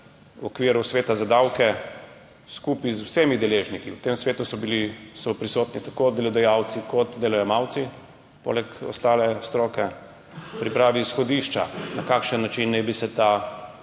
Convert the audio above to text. sveta za davke skupaj z vsemi deležniki, v tem svetu so prisotni tako delodajalci kot delojemalci, poleg ostale stroke, pripravi izhodišča, na kakšen način naj bi se ta